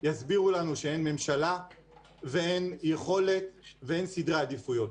יסבירו לנו שאין ממשלה ואין יכולת ואין סדרי עדיפויות.